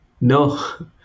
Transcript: No